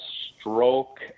stroke